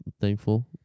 thankful